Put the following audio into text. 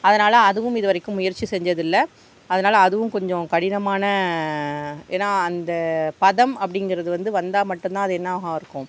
அதனால அதுவும் இது வரைக்கும் முயற்சி செஞ்சதில்லை அதனால அதுவும் கொஞ்சம் கடினமான ஏன்னா அந்த பதம் அப்படிங்கறது வந்து வந்தா மட்டுந்தான் அது என்னாவாக இருக்கும்